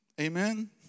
amen